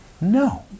No